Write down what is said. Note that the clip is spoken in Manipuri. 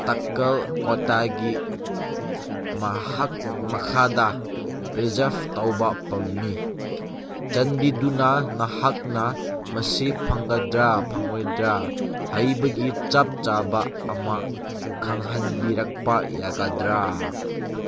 ꯇꯛꯀꯜ ꯀꯣꯇꯥꯒꯤ ꯃꯍꯥꯛ ꯃꯈꯥꯗ ꯔꯤꯖꯥꯔꯕ ꯇꯧꯕ ꯄꯥꯝꯃꯤ ꯆꯥꯟꯕꯤꯗꯨꯅ ꯅꯍꯥꯛꯅ ꯃꯁꯤ ꯐꯪꯒꯗ꯭ꯔꯥ ꯐꯪꯂꯣꯏꯗ꯭ꯔꯥ ꯍꯥꯏꯕꯒꯤ ꯆꯞ ꯆꯥꯕ ꯑꯃ ꯈꯪꯍꯟꯕꯤꯔꯛꯄ ꯌꯥꯒꯗ꯭ꯔꯥ